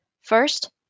First